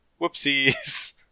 Whoopsies